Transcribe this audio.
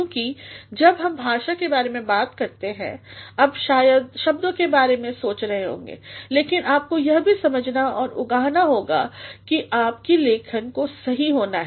क्योंकि जब हम भाषा के बारे में बात करते हैं अब शायद शब्दों के बारे में सोच रहे होंगे लेकिन आपको यह भी समझना औरउगाहनाहोगा कि आपकी लेखन को सही होना है